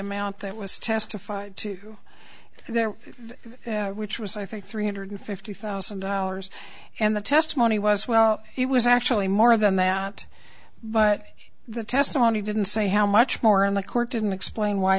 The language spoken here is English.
amount that was testified to there which was i think three hundred fifty thousand dollars and the testimony was well it was actually more than that but the testimony didn't say how much more in the court didn't explain why